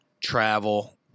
travel